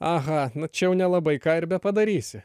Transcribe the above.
aha na čia jau nelabai ką ir bepadarysi